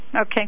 Okay